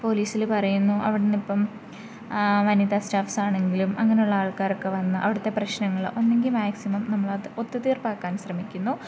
പോലീസിൽ പറയുന്നു അവിടെ നിന്ന് ഇപ്പം വനിത സ്റ്റാഫ്സ് ആണെങ്കിലും അങ്ങനെയുള്ള ആൾക്കാരൊക്കെ വന്നു അവിടുത്തെ പ്രശ്നങ്ങൾ ഒന്നുകിൽ മാക്സിമം നമ്മൾ അത് ഒത്തു തീർപ്പാക്കാൻ ശ്രമിക്കുന്നു